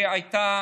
היא הייתה